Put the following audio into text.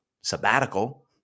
sabbatical